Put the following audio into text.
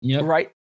right